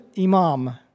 imam